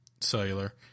cellular